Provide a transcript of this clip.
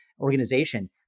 organization